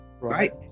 Right